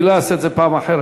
אני לא אעשה את זה בפעם אחרת.